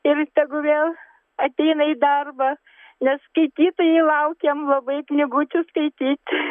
ir tegu vėl ateina į darbą nes skaitytojai laukiam labai knygučių skaityt